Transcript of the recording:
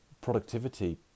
productivity